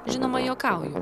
žinoma juokauju